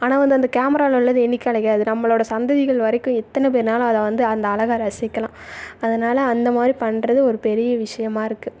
ஆனால் வந்து அந்த கேமராவில உள்ளது என்றைக்கும் அழியாது நம்மளோடய சந்ததிகள் வரைக்கும் எத்தனை பேர் வேணாலும் அதை வந்து அந்த அழக ரசிக்கலாம் அதனால அந்தமாதிரி பண்ணுறது ஒரு பெரிய விஷயமாக இருக்குது